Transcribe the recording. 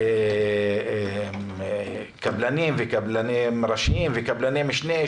קבלנים ראשיים וקבלני משנה,